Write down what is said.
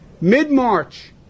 Mid-March